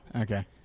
Okay